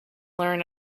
learn